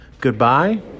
goodbye